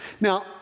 Now